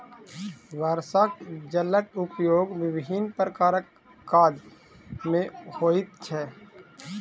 वर्षाक जलक उपयोग विभिन्न प्रकारक काज मे होइत छै